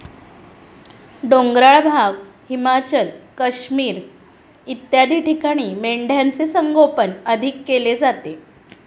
डोंगराळ भाग, हिमाचल, काश्मीर इत्यादी ठिकाणी मेंढ्यांचे संगोपन अधिक केले जाते